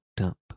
up